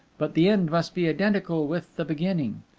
but the end must be identical with the beginning.